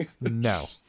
No